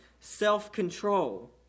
self-control